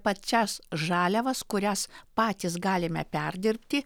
pačias žaliavas kurias patys galime perdirbti